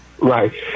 right